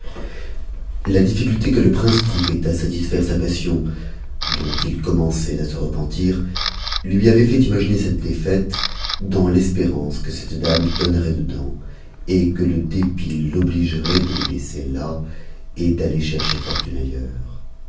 la diiïicufté que le prince trouvait satisfaire sa passion dont il com j tit à se repentir lui avait fait imaginer cette défaite dans l'espénnce que cette dame donnerait dedans et que le dépit f obligerait de le isscr a et d'affer chercher